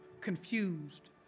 confused